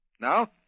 Now